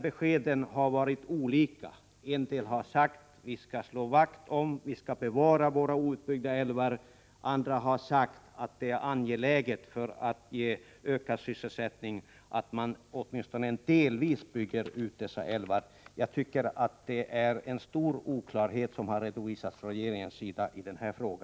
Beskeden har varit olika: en del har sagt att vi skall slå vakt om och bevara våra outbyggda älvar, andra har sagt att det är angeläget för att ge ökad sysselsättning att åtminstone delvis bygga ut dessa älvar. Jag tycker att det är oklarheter i regeringens redovisning i denna fråga.